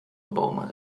bomen